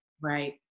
Right